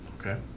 Okay